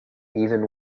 even